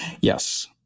Yes